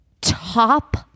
top